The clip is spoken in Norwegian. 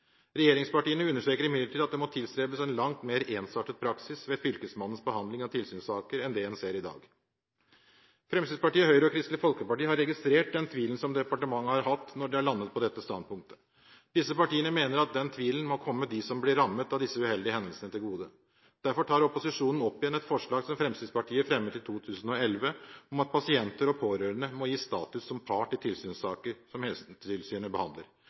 må tilstrebes en langt mer ensartet praksis ved Fylkesmannens behandling av tilsynssaker enn det en ser i dag. Fremskrittspartiet, Høyre og Kristelig Folkeparti har registrert den tvilen som departementet har hatt, når de har landet på dette standpunktet. Disse partiene mener at den tvilen må komme dem som blir rammet av disse uheldige hendelsene, til gode. Derfor tar opposisjonen opp igjen et forslag som Fremskrittspartiet fremmet i 2011, om at pasienter og pårørende må gis status som part i tilsynssaker som Helsetilsynet behandler,